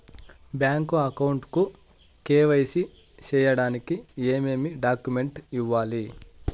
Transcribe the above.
Bank account కు KYC సేయడానికి ఏమేమి డాక్యుమెంట్ ఇవ్వాలి?